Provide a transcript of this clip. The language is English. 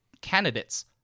candidates